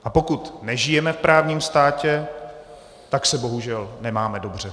A pokud nežijeme v právní státě, tak se bohužel nemáme dobře.